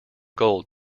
gold